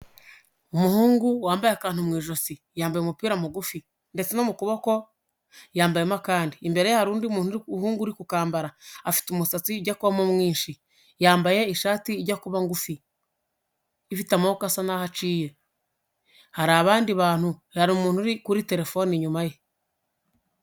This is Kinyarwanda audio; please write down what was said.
Umuhungu wambaye akantu mu ijosi yambaye umupira mugufi, ndetse no mu kuboko yambayemo akandi. Imbere ye hari undi umuhungu urikambara afite umusatsi ujya kuba mwinshi yambaye ishati ijya kuba ngufi ifite amaboko asa n'aho aciye. Hari abandi bantu hari umuntu uri kuri telefone inyuma ye.